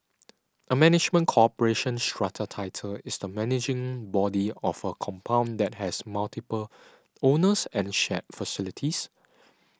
a management corporation strata title is the managing body of a compound that has multiple owners and shared facilities